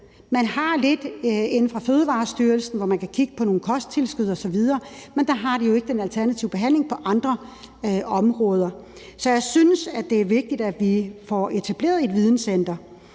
få den viden. Inden for Fødevarestyrelsen er der lidt, man kan kigge på i forhold til kosttilskud osv., men der har de jo ikke den alternative behandling på andre områder. Så jeg synes, at det er vigtigt, at vi får etableret et videncenter.